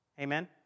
amen